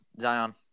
Zion